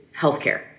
healthcare